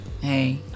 Hey